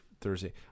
thursday